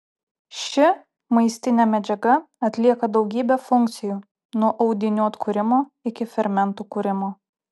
ši maistinė medžiaga atlieka daugybę funkcijų nuo audinių atkūrimo iki fermentų kūrimo